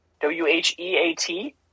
W-H-E-A-T